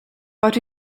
but